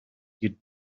you